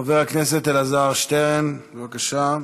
חבר הכנסת אלעזר שטרן, בבקשה.